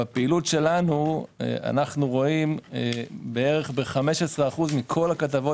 בפעילת שלנו אנו רואים בכ-15% מכל הכתבות